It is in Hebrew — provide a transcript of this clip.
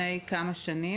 שנים,